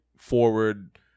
forward